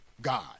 God